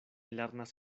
lernas